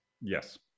Yes